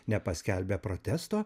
nepaskelbia protesto